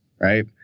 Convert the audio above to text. right